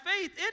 faith